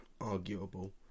arguable